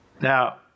Now